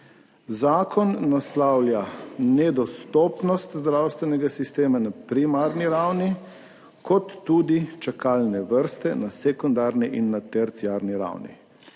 Zakon naslavlja nedostopnost zdravstvenega sistema na primarni ravni kot tudi čakalne vrste na sekundarni in terciarni ravni.